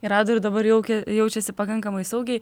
ir rado ir dabar jau jaučiasi pakankamai saugiai